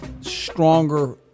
stronger